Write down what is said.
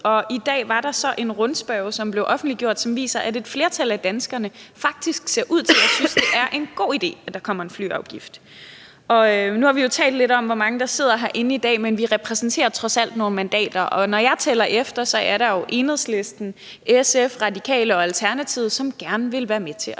i dag var der så en rundspørge, som blev offentliggjort, og som viser, at et flertal af danskerne faktisk ser ud til at synes, at det er en god idé, at der kommer en flyafgift. Nu har vi jo talt lidt om, hvor mange der sidder herinde i dag, men vi repræsenterer trods alt nogle mandater, og når jeg tæller efter, er der Enhedslisten, SF, Radikale og Alternativet, som gerne vil være med til at